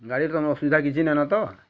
ଗାଡ଼ିରେ ତମ ଅସୁବିଧା କିଛି ନେଇ ନ ତ